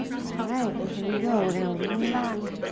alright, then here we go. we're gonna lean back.